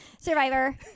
Survivor